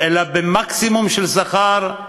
אלא במקסימום של שכר.